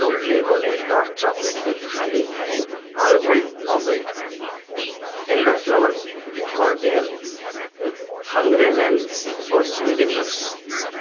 Toblerone dark chocolate with honey and almond nougat elderflower cordial hungry man frozen dinners